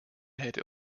hätte